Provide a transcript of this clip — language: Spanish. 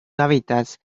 hábitats